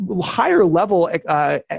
higher-level